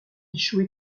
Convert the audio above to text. échoué